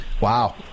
Wow